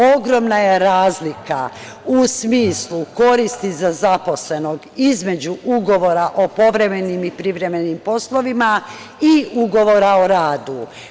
Ogromna je razlika u smislu koristi za zaposlenog između ugovora o povremenim i privremenim poslovima i ugovora o radu.